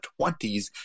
20s